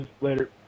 Later